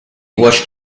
watched